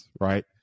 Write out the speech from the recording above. right